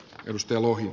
edustaja lohi